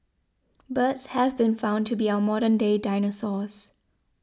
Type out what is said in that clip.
birds have been found to be our modern day dinosaurs